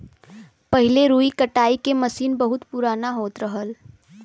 पहिले रुई कटाई के मसीन बहुत पुराना होत रहल